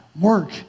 work